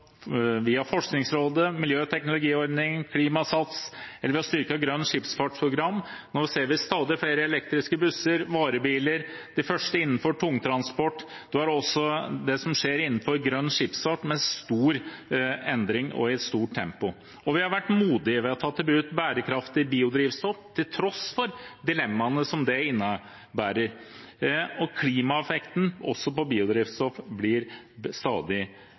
Forskningsrådet, miljøteknologiordningen, Klimasats og Grønt Skipsfartsprogram. Nå ser vi stadig flere elektriske busser, varebiler, de første innenfor tungtransport, og også det som skjer innenfor grønn skipsfart – med stor endring og i stort tempo. Og vi har vært modige. Vi har tatt i bruk bærekraftig biodrivstoff til tross for dilemmaene som det innebærer, og klimaeffekten av biodrivstoff blir også stadig